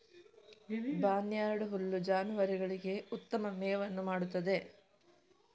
barnyard ಹುಲ್ಲು ಜಾನುವಾರುಗಳಿಗೆ ಉತ್ತಮ ಮೇವನ್ನು ಮಾಡುತ್ತದೆ